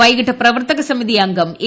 വൈകിട്ട് പ്രവർത്തക സമിതി അംഗം എ